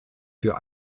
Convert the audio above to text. für